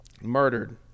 murdered